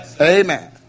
Amen